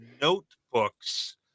notebooks